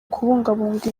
kubungabunga